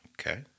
Okay